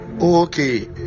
Okay